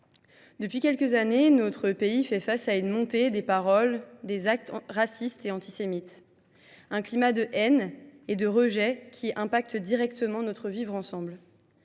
depuis quelques années, notre pays fait face à une montée des paroles et des actes racistes et antisémites. C’est un climat de haine et de rejet qui affecte directement notre vivre ensemble.